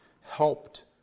helped